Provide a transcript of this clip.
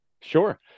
Sure